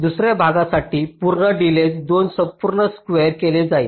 दुसर्या भागासाठी पुन्हा डिलेज 2 संपूर्ण स्क्वेअर केल जाईल